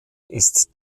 ist